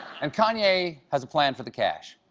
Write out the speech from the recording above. and kanye has a plan for the cash.